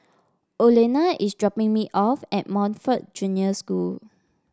Olena is dropping me off at Montfort Junior School